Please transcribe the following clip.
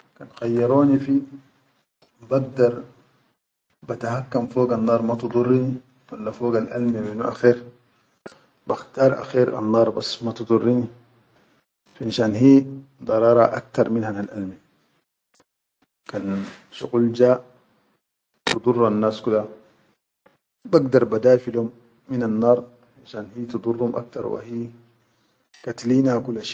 Kan khayyaroni fi bagdar batahakam fogan nar ma tidurruni walla fogal alme yenu akher bakhtar akher annar bas matu durruni finshan hi darara aktar min hanal alme kan shuqul ja, tidurran nas kula bagdar ba dafi le hum minan nar finshan hi durum akhtar wa hi katlina kula.